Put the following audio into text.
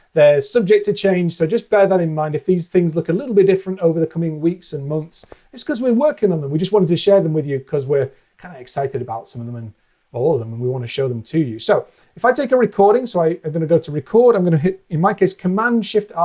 they're subject to change. so just bear that in mind. if these things look a little bit different over the coming weeks and months, it's because we're working on them. we just wanted to share them with you, because we're kind of excited about some of them and all of them, and we want to show them to you. so if i take a recording so i'm going to go to record. i'm going to hit, in my case, command-shift-r,